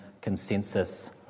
consensus